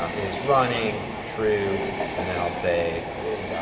um is running, true and then i'll say, grid.